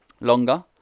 longer